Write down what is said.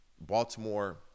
Baltimore